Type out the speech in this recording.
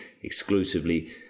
exclusively